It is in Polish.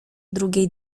drugiej